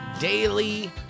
Daily